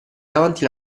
davanti